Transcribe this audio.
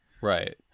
Right